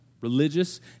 religious